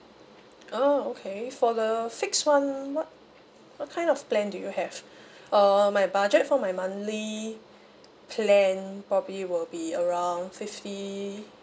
oh okay for the fix [one] what what kind of plan do you have um my budget for my monthly plan probably will be around fifty